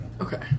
Okay